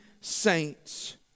saints